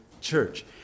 church